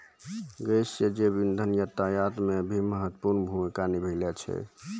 गैसीय जैव इंधन यातायात म भी महत्वपूर्ण भूमिका निभावै छै